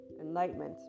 enlightenment